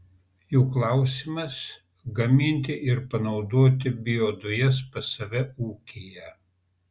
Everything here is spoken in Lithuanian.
jų klausimas gaminti ir panaudoti biodujas pas save ūkyje